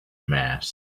mast